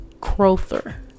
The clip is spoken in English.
Crowther